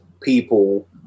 people